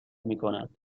میکند